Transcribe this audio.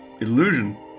illusion